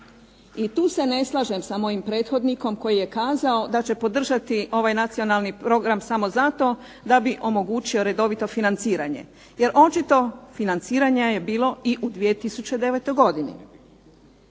I tu se ne slažem sa mojim prethodnikom koji je kazao da će podržati ovaj Nacionalni program samo zato da bi omogućio redovito financiranje. Jer očito financiranja je bilo i u 2009. godini.